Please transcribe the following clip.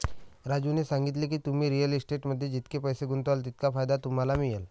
राजूने सांगितले की, तुम्ही रिअल इस्टेटमध्ये जितके पैसे गुंतवाल तितका फायदा तुम्हाला मिळेल